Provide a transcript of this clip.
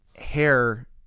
hair